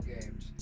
games